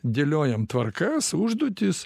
dėliojam tvarkas užduotis